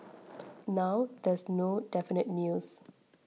now there is no definite news